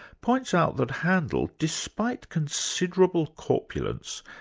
points out that handel, despite considerable corpulence,